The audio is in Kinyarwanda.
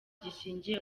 gishingiye